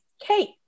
Kate